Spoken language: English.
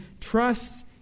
trusts